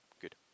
Good